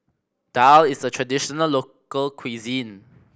daal is a traditional local cuisine